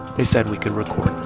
they said we could record